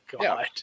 god